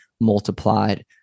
multiplied